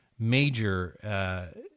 major